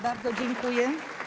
Bardzo dziękuję.